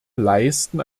leisten